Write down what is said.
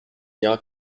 ira